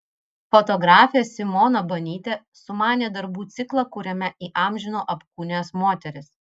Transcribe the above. fotografė simona banytė sumanė darbų ciklą kuriame įamžino apkūnias moteris